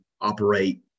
operate